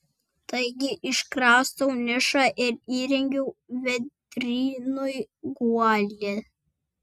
taigi iškraustau nišą ir įrengiu vėdrynui guolį